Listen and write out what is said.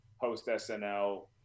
post-SNL